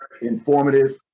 informative